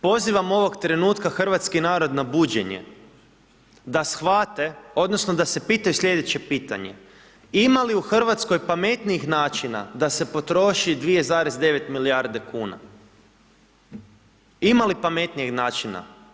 Pozivam ovog trenutka hrvatski narod na buđenje, da shvate odnosno da se pitaju slijedeće pitanje, ima li u RH pametnijih načina da se potroši 2,9 milijarde kuna, ima li pametnijeg načina?